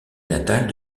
natale